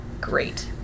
great